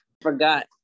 Forgot